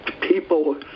people